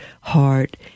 heart